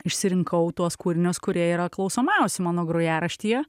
išsirinkau tuos kūrinius kurie yra klausomiausi mano grojaraštyje